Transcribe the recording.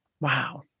Wow